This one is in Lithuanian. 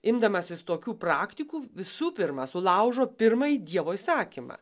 imdamasis tokių praktikų visų pirma sulaužo pirmąjį dievo įsakymą